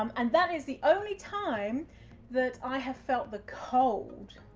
um and that is the only time that i have felt the cold.